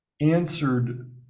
answered